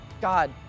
God